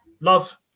love